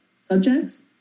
subjects